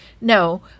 No